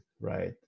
right